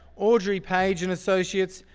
audrey page and associates,